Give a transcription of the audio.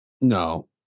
No